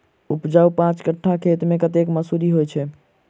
उपजाउ पांच कट्ठा खेत मे कतेक मसूरी होइ छै?